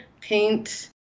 paint